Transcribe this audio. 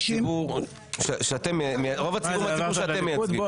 מהציבור שאתם מייצגים.